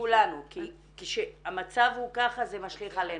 כולנו כי כשהמצב הוא ככה זה משליך עלינו.